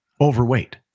overweight